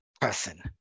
person